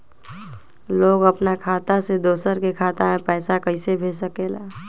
लोग अपन खाता से दोसर के खाता में पैसा कइसे भेज सकेला?